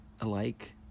alike